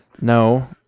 no